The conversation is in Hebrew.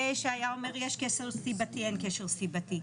שהיה אומר יש קשר סיבתי אין קשר סיבתי,